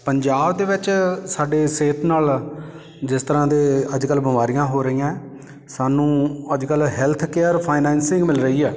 ਪੰਜਾਬ ਦੇ ਵਿੱਚ ਸਾਡੇ ਸਿਹਤ ਨਾਲ ਜਿਸ ਤਰ੍ਹਾਂ ਦੇ ਅੱਜ ਕੱਲ੍ਹ ਬਿਮਾਰੀਆਂ ਹੋ ਰਹੀਆਂ ਸਾਨੂੰ ਅੱਜ ਕੱਲ੍ਹ ਹੈਲਥ ਕੇਅਰ ਫਾਇਨੈਂਸਿੰਗ ਮਿਲ ਰਹੀ ਹੈ